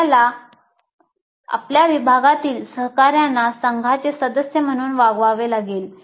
आपल्याला आपल्या विभागातील सहकाऱ्यांना संघाचे सदस्य म्हणून वागवावे लागेल